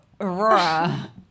Aurora